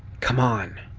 come on!